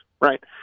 right